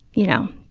you know,